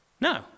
No